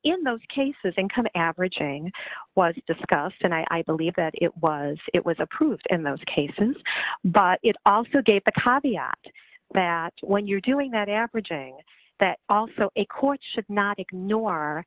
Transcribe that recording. in those cases income averaging was discussed and i believe that it was it was approved in those cases but it also gave the copy at that when you're doing that averaging that also a court should not ignore